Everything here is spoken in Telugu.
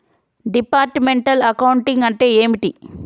డిపార్ట్మెంటల్ అకౌంటింగ్ అంటే ఏమిటి?